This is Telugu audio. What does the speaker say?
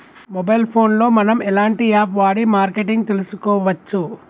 మొబైల్ ఫోన్ లో మనం ఎలాంటి యాప్ వాడి మార్కెటింగ్ తెలుసుకోవచ్చు?